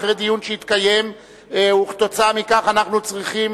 אחרי שהתקיים דיון וכתוצאה מכך אנחנו צריכים